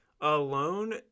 alone